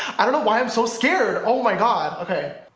i don't know why i'm so scared oh my god! okay